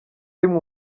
rimwe